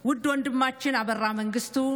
(אומרת בשפה האמהרית: